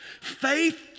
faith